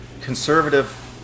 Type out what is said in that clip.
Conservative